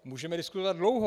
Můžeme diskutovat dlouho.